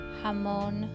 hamon